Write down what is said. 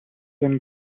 and